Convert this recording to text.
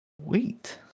Wait